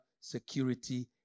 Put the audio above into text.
security